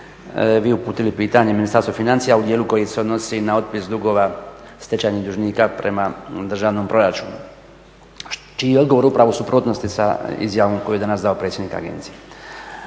vi uputili pitanje Ministarstvu financija u dijelu koji se odnosi na otpis dugova stečajnih dužnika prema državnom proračunu čiji je odgovor upravo u suprotnosti sa izjavom koju je danas dao predsjednik agencije.